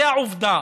זו העובדה.